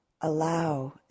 allow